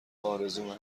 آرزومه